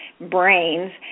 brains